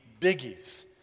biggies